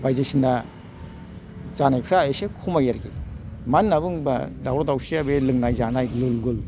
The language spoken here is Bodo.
बायदिसिना जानायफ्रा एसे खमायो आरोखि मानो होननानै बुङोब्ला दावराव दावसिआ बे लोंनाय जानाय गुल गुल